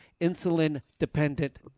insulin-dependent